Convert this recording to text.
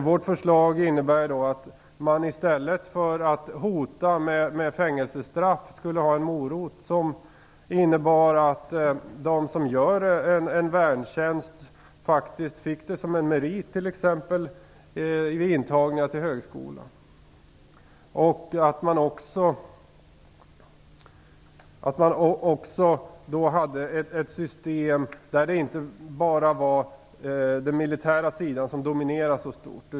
Vårt förslag innebär att i stället för att hota med fängelsestraff skall man ha en morot som innebär att de som utför värntjänst får räkna det som en merit, t.ex. vid intagning till högskolan. Man skulle också kunna ha ett system där det inte bara är den militära sidan som dominerar.